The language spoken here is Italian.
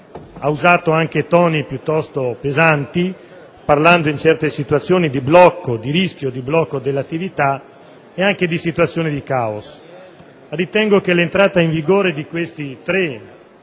Ha usato anche toni piuttosto pesanti parlando di situazioni di blocco o di rischio di blocco dell'attività e anche di situazioni di caos. Ritengo che l'entrata in vigore di questi tre